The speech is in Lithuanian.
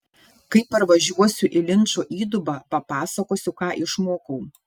kai parvažiuosiu į linčo įdubą papasakosiu ką išmokau